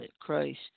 Christ